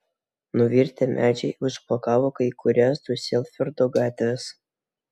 nuvirtę medžiai užblokavo kai kurias diuseldorfo gatves